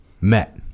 met